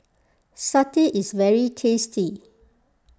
Satay is very tasty